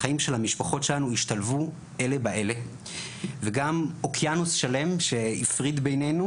החיים של המשפחות שלנו השתלבו אלה באלה וגם אוקיינוס שלם שהפריד ביננו,